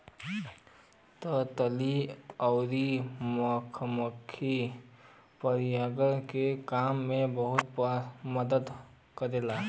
तितली आउर मधुमक्खी परागण के काम में बहुते मदद करला